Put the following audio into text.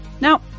Now